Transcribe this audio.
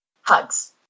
Hugs